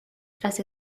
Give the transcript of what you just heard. tras